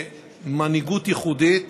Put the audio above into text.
למנהיגות ייחודית.